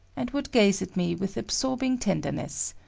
and would gaze at me with absorbing tenderness.